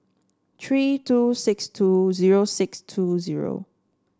three two six two zero six two zero